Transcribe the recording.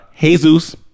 Jesus